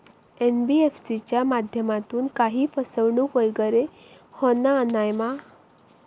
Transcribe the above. NBFC च्या माध्यमातून काही फसवणूक वगैरे होना नाय मा?